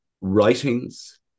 writings